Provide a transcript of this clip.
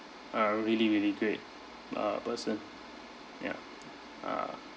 a really really great uh person ya uh